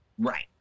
Right